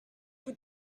vous